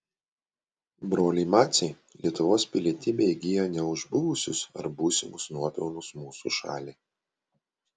broliai maciai lietuvos pilietybę įgijo ne už buvusius ar būsimus nuopelnus mūsų šaliai